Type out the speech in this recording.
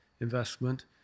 investment